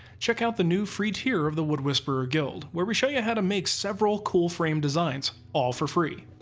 check out the new free tier of the wood whisperer guild, where we show you how to make several cool frame designs, all for free.